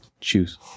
Choose